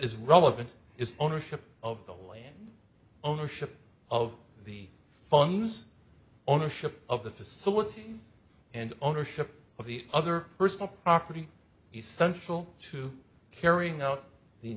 is relevant is ownership of the land ownership of the fun's ownership of the facilities and ownership of the other personal property essential to carrying out the